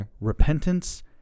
repentance